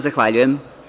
Zahvaljujem.